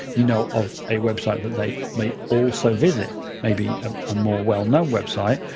you know of a website that they may also visit. maybe um a more well-known website,